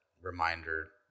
reminder